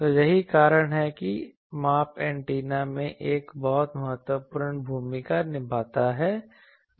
तो यही कारण है कि माप एंटेना में एक बहुत महत्वपूर्ण भूमिका निभाता है